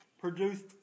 Produced